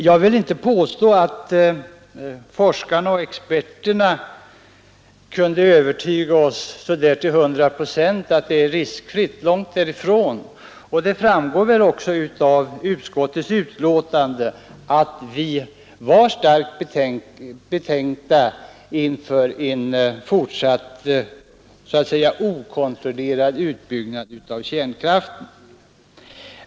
Jag vill inte påstå att de forskarna och experterna övertygade oss om att hanterandet av kärnkraften är riskfritt — långt därifrån. Det framgår väl också av utskottets betänkande att vi var starkt betänksamma mot en fortsatt okontrollerad utbyggnad av kärnkraften.